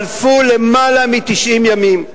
חלפו למעלה מ-90 ימים.